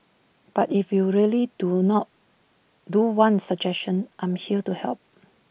but if you really do not do want suggestions I am here to help